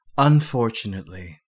Unfortunately